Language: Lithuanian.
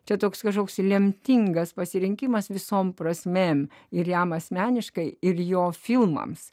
čia toks kažkoks lemtingas pasirinkimas visom prasmėm ir jam asmeniškai ir jo filmams